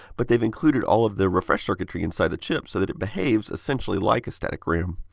but they have included all of the refresh circuitry inside the chip so that it behaves essentially like static ram.